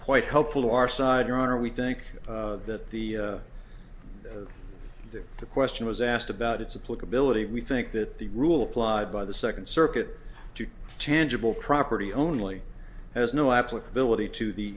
quite helpful our side your honor we think that the that the question was asked about its applicability we think that the rule applied by the second circuit tangible property only has no applicability to the